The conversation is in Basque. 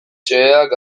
xeheak